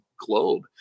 Globe